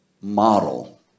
model